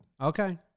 Okay